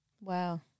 Wow